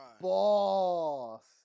Boss